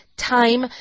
time